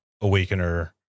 Awakener